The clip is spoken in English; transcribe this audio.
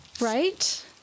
Right